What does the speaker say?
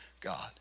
God